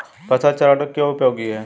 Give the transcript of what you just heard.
फसल चरण क्यों उपयोगी है?